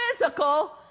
physical